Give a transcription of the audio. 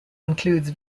includes